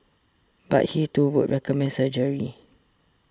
but he too would recommend surgery